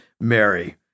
Mary